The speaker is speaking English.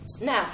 Now